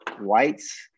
whites